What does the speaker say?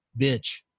bitch